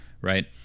right